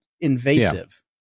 invasive